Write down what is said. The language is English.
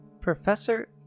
Professor